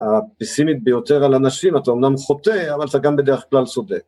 הפסימית ביותר על אנשים אתה אומנם חוטא אבל אתה גם בדרך כלל סובל